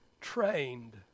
trained